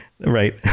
right